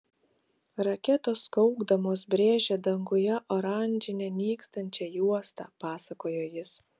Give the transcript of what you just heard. raketos kaukdamos brėžė danguje oranžinę nykstančią juostą pasakojo jis